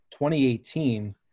2018